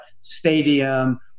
stadium